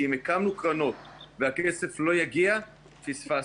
כי אם הקמנו קרנות והכסף לא יגיע, פספסנו.